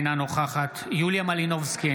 אינה נוכחת יוליה מלינובסקי,